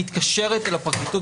מתקשרת אל הפרקליטות,